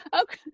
okay